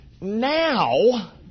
Now